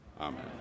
Amen